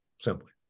simply